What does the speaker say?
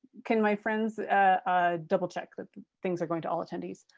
can my friends double-check that things are going to all attendees?